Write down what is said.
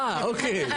אה, אוקיי.